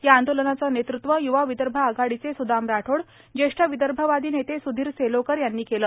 या आंदोलनाचं नेतृत्व यूवा विदर्भ आघाडीचे सुदाम राठोड जेष्ठ विदर्भवादी नेते सुधीर सेलोकर यांनी केले